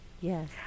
Yes